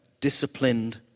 disciplined